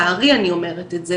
לצערי, אני אומרת את זה